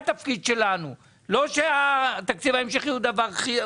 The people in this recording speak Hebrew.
לא שהתקציב ההמשכי הוא דבר טוב,